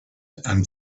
and